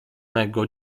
nego